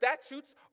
statutes